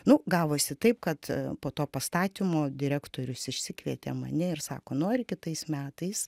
nu gavosi taip kad po to pastatymo direktorius išsikvietė mane ir sako nori kitais metais